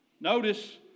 Notice